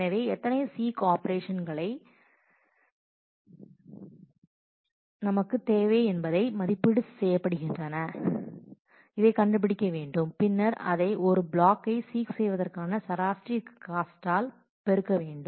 எனவே எத்தனை சீக் ஆபரேஷன்கள் நமக்குத் தேவை எத்தனை மதிப்பீடுகள் தேவைப்படுகின்றன என்பதைக் கண்டுபிடிக்க வேண்டும் பின்னர் அதை ஒரு ப்ளாக்கை சீக் செய்வதற்கான சராசரி காஸ்ட் ஆல் அதைப் பெருக்கவும்